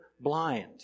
blind